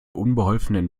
unbeholfenen